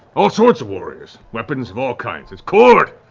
all sorts of warriors. weapons of all kinds. it's kord!